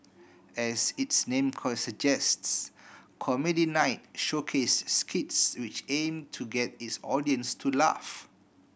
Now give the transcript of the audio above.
as its name suggests Comedy Night showcase skits which aim to get its audience to laugh